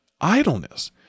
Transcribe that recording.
Idleness